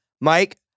Mike